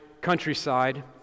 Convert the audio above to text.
countryside